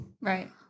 Right